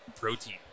protein